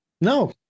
No